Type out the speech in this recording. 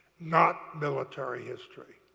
not military history.